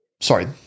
Sorry